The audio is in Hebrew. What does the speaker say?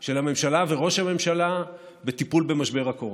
של הממשלה ושל ראש הממשלה בטיפול במשבר הקורונה.